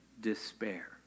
despair